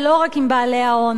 ולא רק עם בעלי ההון.